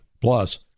Plus